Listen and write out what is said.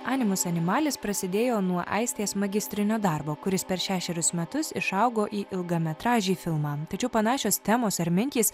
animus animalis prasidėjo nuo aistės magistrinio darbo kuris per šešerius metus išaugo į ilgametražį filmą tačiau panašios temos ar mintys